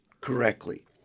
correctly